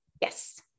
Yes